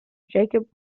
jacob